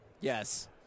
Yes